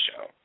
show